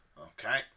Okay